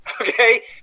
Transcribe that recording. okay